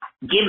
give